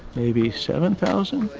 maybe seven thousand,